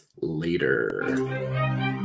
later